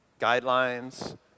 guidelines